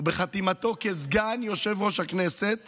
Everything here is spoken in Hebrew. ובחתימתו כסגן יושב-ראש הכנסת